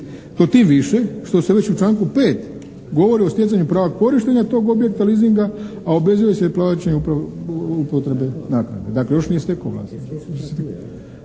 To tim više što već u članku 5. govori o stjecanju prava korištenja tog objekta leasinga a obvezuje se plaćanje upotrebe naknade. Dakle, još nije stekao vlasništvo.